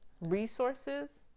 resources